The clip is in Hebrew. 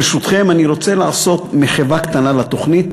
ברשותכם, אני רוצה לעשות מחווה קטנה לתוכנית